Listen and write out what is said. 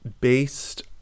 based